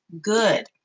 good